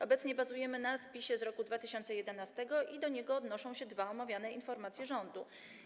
Obecnie bazujemy na spisie z roku 2011 i do niego odnoszą się dwie omawiane informacje rządu.